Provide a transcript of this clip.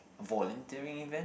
volunteering event